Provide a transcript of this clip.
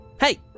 Hey